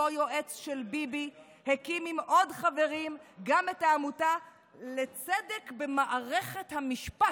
אותו יועץ של ביבי הקים עם עוד חברים גם את העמותה לצדק במערכת המשפט,